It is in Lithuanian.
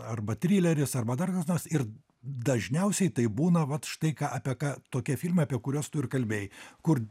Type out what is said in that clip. arba trileris arba dar kas nors ir dažniausiai tai būna vat štai ką apie ką tokie firmai apie kuriuos tu ir kalbėjai kur